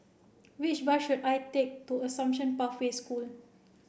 which bus should I take to Assumption Pathway School